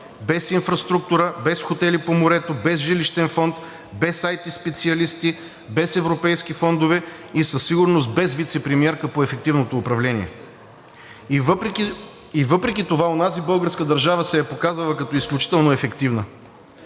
без инфраструктура, без хотели по морето, без жилищен фонд, без IТ специалисти, без европейски фондове и със сигурност без вицепремиерка по ефективното управление! И въпреки това онази българска държава се е показала като изключително ефективна.